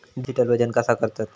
Digital वजन कसा करतत?